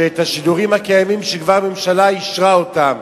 שאת השידורים הקיימים, שהממשלה כבר אישרה אותם,